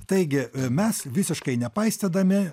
taigi mes visiškai nepaistydami